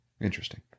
Interesting